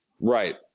right